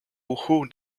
who